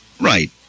Right